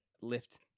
lift